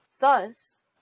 thus